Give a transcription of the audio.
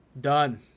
Done